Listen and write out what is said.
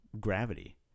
gravity